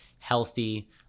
healthy